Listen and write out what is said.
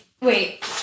Wait